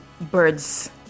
birds